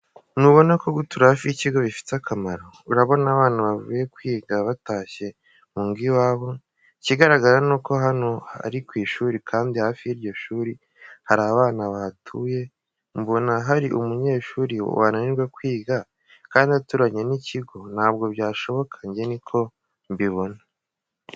Ntubona gutura hafi y'ikigo ko bifite akamaro, urabona abana bavuye kwiga batashye mu ngo iwabo ikigaragara nuko hano hari ishuri kandi hafi y'iryo shuri hari abantu bahatuye mubona hari umunyeshuri wananirwa kwiga kandi aturanye n'ikigo ntabwo byashoboka njye niko mbibona.